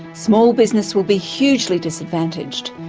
small business will be hugely disadvantaged.